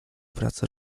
pracy